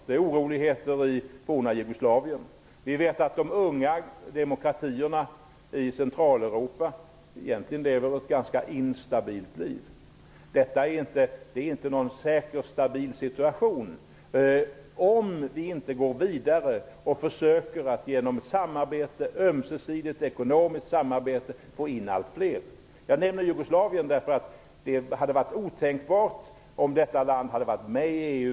Det är oroligheter i det forna Jugoslavien. Vi vet att de unga demokratierna i Centraleuropa egentligen lever ett ganska instabilt liv. Det är inte någon säker stabil situation om vi inte går vidare och försöker att genom ömsesidigt ekonomiskt samarbetet få in allt fler. Jag nämner Jugoslavien därför att det hade varit otänkbart att det som har hänt skulle ha hänt om detta land hade varit med i EU.